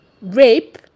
rape